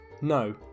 No